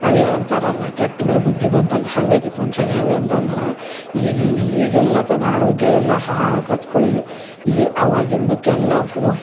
ಅದೇನೋ ಅಂತಾರಲ್ಲ ಕೆಟ್ಟ ಮೇಲೆ ಬುದ್ಧಿ ಬಂತಂದು ಹಂಗಾಗೈತಿ ಮನ್ಷಂಗೆ ಹೆಂಗಂತ ಅಂದ್ರ ಈಗ ಈಗ ಎಲ್ಲತನ ಆರೋಗ್ಯ ಎಲ್ಲ ಹಾಳಾಗಾಕ ಹತ್ಕೊಳ್ಳಿ ಈ ಅವಾಗಿಂದಕ್ಕೆಲ್ಲ ಹ್ಞೂ